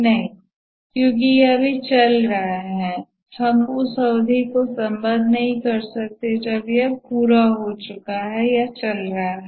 नहीं क्योंकि यह अभी चल रहा है हम उस अवधि को संबद्ध नहीं कर सकते हैं जब यह पूरा हो चूका है